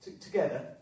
Together